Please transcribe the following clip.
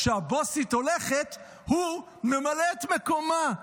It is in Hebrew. כשהבוסית הולכת הוא ממלא את מקומה.